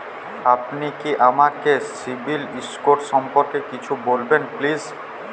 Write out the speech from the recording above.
আপনি কি আমাকে সিবিল স্কোর সম্পর্কে কিছু বলবেন প্লিজ?